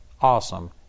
awesome